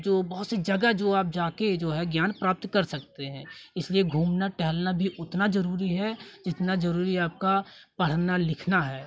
जो बहुत सी जगह जो आप जाके जो है ज्ञान प्राप्त कर सकते हैं इसलिए घूमने टहलने भी उतना जरुरी है जितना जरूरी आपका पढ़ना लिखना है